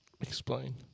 Explain